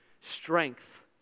strength